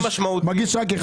אני מגיש רק אחד.